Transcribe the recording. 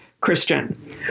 Christian